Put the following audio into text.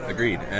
Agreed